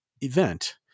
event